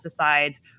pesticides